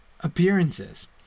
appearances